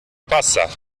pasa